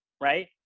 right